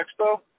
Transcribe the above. Expo